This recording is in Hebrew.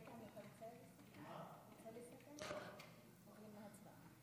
ההצעה להעביר את הצעת חוק שמירת הניקיון (תיקון מס' 24)